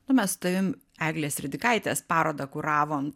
nu mes tavim eglės ridikaitės parodą kuravom